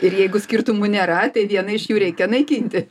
ir jeigu skirtumų nėra tai vieną iš jų reikia naikinti